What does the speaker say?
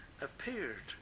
appeared